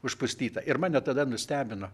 užpustyta ir mane tada nustebino